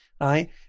right